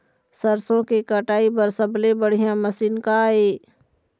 सरसों के कटाई बर सबले बढ़िया मशीन का ये?